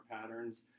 patterns